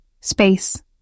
Space